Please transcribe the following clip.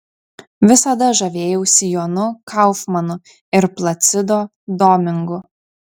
visada žavėjausi jonu kaufmanu ir placido domingu